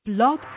blog